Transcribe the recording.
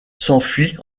s’enfuit